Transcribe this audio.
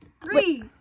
three